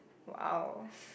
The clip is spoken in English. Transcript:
!wow!